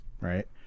right